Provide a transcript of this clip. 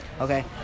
Okay